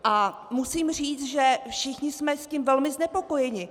A musím říct, že všichni jsme tím velmi znepokojeni.